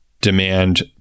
demand